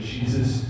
Jesus